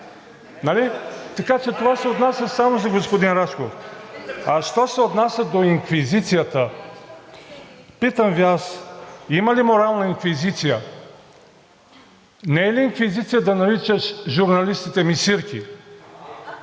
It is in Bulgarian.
Така че това се отнася само за господин Рашков. А що се отнася до инквизицията, питам Ви аз, има ли морална инквизиция? Не е ли инквизиция да наричаш журналистите мисирки?